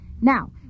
Now